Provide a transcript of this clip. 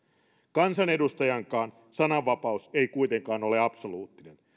kansanedustajankaan sananvapaus ei kuitenkaan ole absoluuttinen